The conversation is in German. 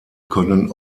können